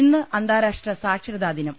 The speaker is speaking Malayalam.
ഇന്ന് അന്താരാഷ്ട്ര സാക്ഷരതാ ദിനം